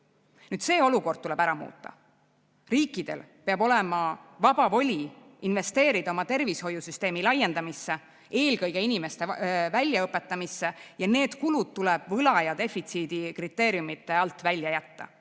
erand. See olukord tuleb ära muuta. Riikidel peab olema vaba voli investeerida oma tervishoiusüsteemi laiendamisse, eelkõige inimeste väljaõpetamisse, ja need kulud tuleb võla- ja defitsiidikriteeriumide alt välja jätta.